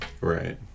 Right